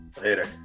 Later